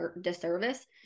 disservice